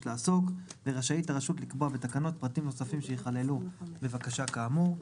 לעסוק ורשאית הרשות לקבוע בתקנות פרטים נוספים שיכללו בבקשה כאמור.